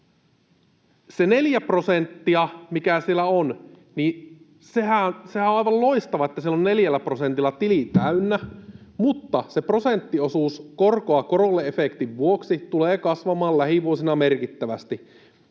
Se neljä prosenttia, mikä siellä on... Sehän on aivan loistavaa, että siellä on neljällä prosentilla tili täynnä, mutta se prosenttiosuus korkoa korolle ‑efektin vuoksi tulee kasvamaan lähivuosina merkittävästi.